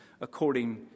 according